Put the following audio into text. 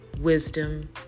wisdom